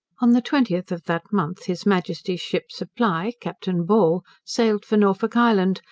on the twentieth of that month his majesty's ship supply, captain ball, sailed for norfolk island,